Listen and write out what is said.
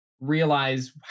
realize